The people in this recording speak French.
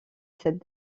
cette